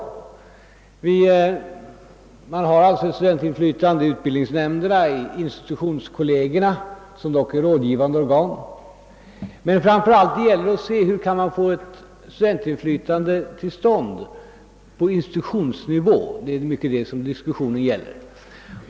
Studenterna har alltså visst inflytande i utbildningsnämnderna, i institutionskollegierna — som dock är rådgivande organ — men framför allt gäller det för studenterna att se till att de kan få till stånd ett inflytande även på institutionsnivå. Det är till stor del detta som diskussionen gäller.